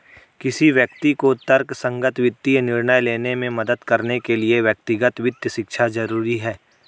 किसी व्यक्ति को तर्कसंगत वित्तीय निर्णय लेने में मदद करने के लिए व्यक्तिगत वित्त शिक्षा जरुरी है